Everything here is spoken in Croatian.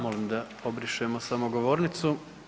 Molim da obrišemo samo govornicu.